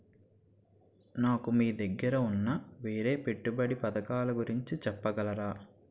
నాకు మీ దగ్గర ఉన్న వేరే పెట్టుబడి పథకాలుగురించి చెప్పగలరా?